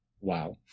wow